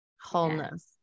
wholeness